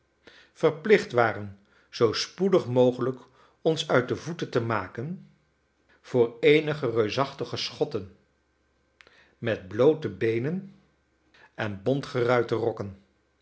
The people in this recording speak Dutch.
verplicht waren zoo spoedig mogelijk ons uit de voeten te maken voor eenige reusachtige schotten met bloote beenen en bontgeruite rokken